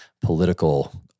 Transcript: political